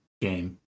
game